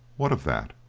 what of that?